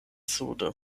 sude